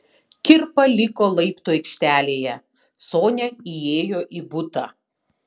kirpa liko laiptų aikštelėje sonia įėjo į butą